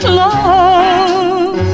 love